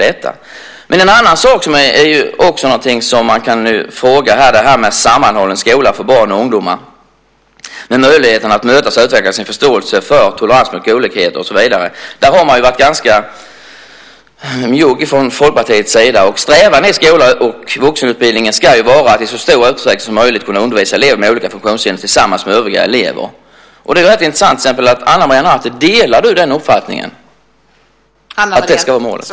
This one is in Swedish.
En annan sak som man kan diskutera är en sammanhållen skola för barn och ungdomar med möjlighet att mötas och utveckla sin förståelse och tolerans och så vidare. Där har man varit ganska njugg från Folkpartiets sida. Strävan i skolan och i vuxenutbildningen ska vara att i så stor utsträckning som möjligt undervisa elever med olika funktionshinder tillsammans med övriga elever. Det vore rätt intressant att veta om Ana Maria Narti delar uppfattningen att det ska vara målet.